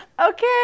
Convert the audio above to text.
okay